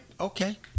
okay